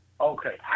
okay